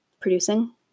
producing